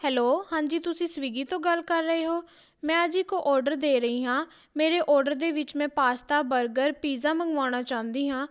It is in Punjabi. ਹੈਲੋ ਹਾਂਜੀ ਤੁਸੀਂ ਸਵੀਗੀ ਤੋਂ ਗੱਲ ਕਰ ਰਹੇ ਹੋ ਮੈਂ ਜੀ ਇੱਕ ਔਡਰ ਦੇ ਰਹੀ ਹਾਂ ਮੇਰੇ ਔਡਰ ਦੇ ਵਿੱਚ ਮੈਂ ਪਾਸਤਾ ਬਰਗਰ ਪੀਜ਼ਾ ਮੰਗਵਾਉਣਾ ਚਾਹੁੰਦੀ ਹਾਂ